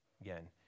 Again